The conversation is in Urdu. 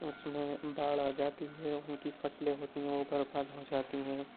اس میں باڑھ آ جاتی ہے ان کی فصلیں ہوتی ہیں وہ برباد ہو جاتی ہیں